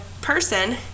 person